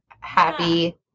happy